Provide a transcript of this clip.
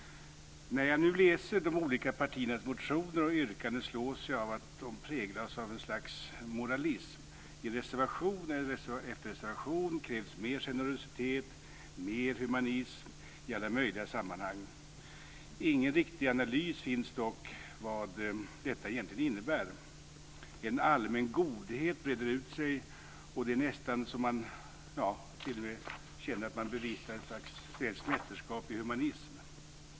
När jag nu läser de olika partiernas motioner och yrkanden slås jag av de präglas av ett slags moralism. I reservation efter reservation krävs mer generositet och mer humanism i alla möjliga sammanhang. Ingen riktig analys finns dock av vad detta egentligen innebär. En allmän godhet breder ut sig. Det är nästan så att man t.o.m. känner att man bevittnar ett slags svenskt mästerskap i humanism.